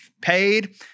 paid